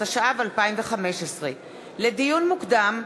התשע"ו 2015. לדיון מוקדם: